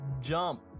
jump